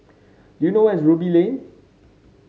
do you know where is Ruby Lane